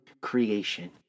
creation